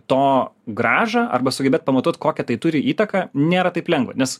to grąžą arba sugebėt pamatuot kokią tai turi įtaką nėra taip lengva nes